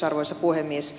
arvoisa puhemies